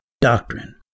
doctrine